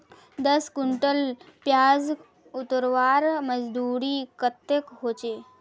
दस कुंटल प्याज उतरवार मजदूरी कतेक होचए?